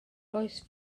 oes